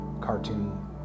cartoon